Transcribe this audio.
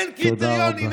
אין קריטריונים,